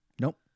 nope